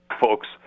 folks